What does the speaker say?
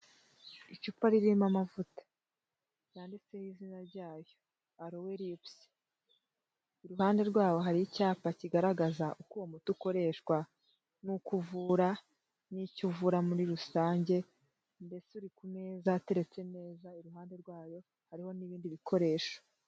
Icupa ririmo amavuta yanditseho izina ryayo arowe lipusi, iruhande rwabo hari icyapa kigaragaza uko uwo muti ukoreshwa n'uko uvura n'icyo uvura muri rusange mbese uri ku meza ateretse neza, iruhande rwayo hariho n'ibindi bikoresho.